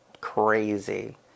crazy